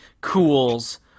cools